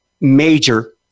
major